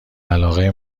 علاقه